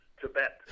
Tibet